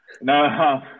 no